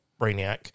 Brainiac